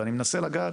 ואני מנסה לגעת